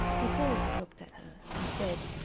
he paused and looked at her, and said,